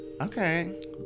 Okay